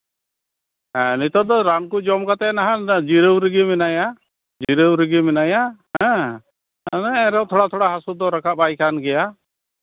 ᱦᱮᱸ ᱱᱤᱛᱚᱜ ᱫᱚ ᱨᱟᱱ ᱠᱚ ᱡᱚᱢ ᱠᱟᱛᱮᱫ ᱱᱟᱦᱟᱜ ᱡᱤᱨᱟᱹᱣ ᱨᱮᱜᱮ ᱢᱮᱱᱟᱭᱟ ᱡᱤᱨᱟᱹᱣ ᱨᱮᱜᱮ ᱢᱮᱱᱟᱭᱟ ᱦᱮᱸ ᱮᱱᱨᱮᱦᱚᱸ ᱛᱷᱚᱲᱟ ᱛᱷᱚᱲᱟ ᱦᱟᱹᱥᱩ ᱫᱚ ᱨᱟᱠᱟᱵ ᱟᱭ ᱠᱟᱱ ᱜᱮᱭᱟ